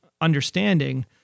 understanding